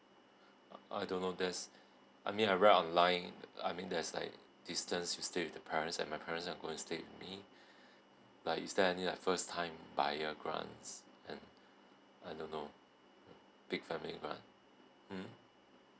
I don't know there's I mean I read online I mean there's like distance you stay with the parents and my parents are gonna stay with me like is there any like first time buyer grants and I don't know big family grant mm